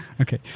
Okay